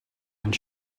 and